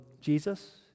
Jesus